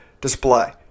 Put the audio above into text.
display